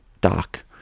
dock